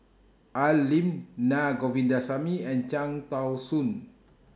Al Lim Na Govindasamy and Cham Tao Soon